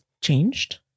changed